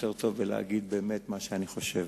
ויותר טוב בלהגיד באמת מה שאני חושב.